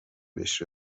بهش